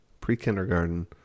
pre-kindergarten